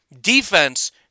Defense